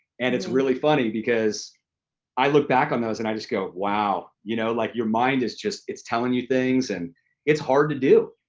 and it's really funny because i look back on those and i just go, wow! you know like your mind is just, it's telling you things and it's hard to do.